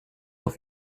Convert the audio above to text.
auf